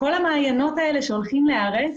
כל המעיינות האלה שהולכים להיהרס,